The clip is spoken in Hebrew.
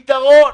פתרון,